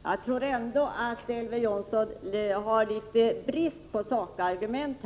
Herr talman! Jag tror att Elver Jonsson har brist på sakargument.